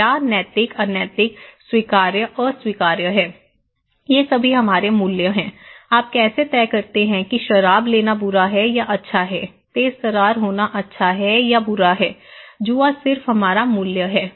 तो क्या नैतिक अनैतिक स्वीकार्य अस्वीकार्य है ये सभी हमारे मूल्य हैं आप कैसे तय करते हैं कि शराब लेना बुरा है या अच्छा है तेजतर्रार होना अच्छा है या बुरा है जुआ सिर्फ हमारा मूल्य है